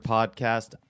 Podcast